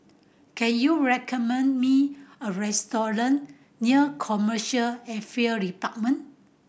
can you recommend me a restaurant near Commercial Affair Department